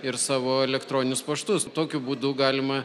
ir savo elektroninius paštus tokiu būdu galima